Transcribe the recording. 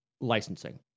licensing